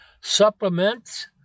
supplements